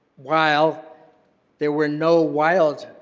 while there were no wild